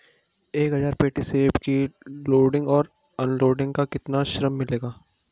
एक हज़ार पेटी सेब की लोडिंग और अनलोडिंग का कितना श्रम मिलेगा?